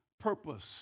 Purpose